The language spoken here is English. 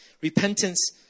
repentance